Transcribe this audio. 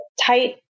tight